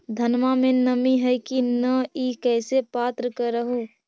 धनमा मे नमी है की न ई कैसे पात्र कर हू?